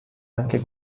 anche